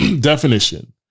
Definition